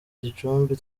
gicumbi